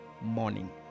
morning